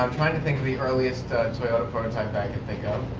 um trying to think of the earliest toyota prototype that i can think of.